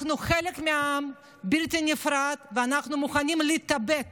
אנחנו חלק בלתי נפרד מהעם, ואנחנו מוכנים להתאבד